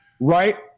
right